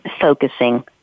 focusing